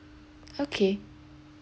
okay